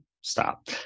stop